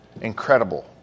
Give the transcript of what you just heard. incredible